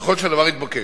ככל שהדבר יתבקש.